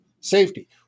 safety